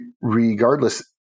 regardless